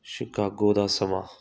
Chicago ਦਾ ਸਮਾਂ